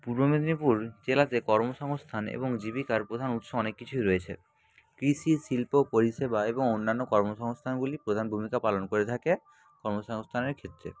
পূর্ব মেদিনীপুর জেলাতে কর্মসংস্থান এবং জীবিকার প্রধান উৎস অনেক কিছুই রয়েছে কৃষি শিল্প পরিষেবা এবং অন্যান্য কর্মসংস্থানগুলি প্রধান ভূমিকা পালন করে থাকে কর্মসংস্থানের ক্ষেত্রে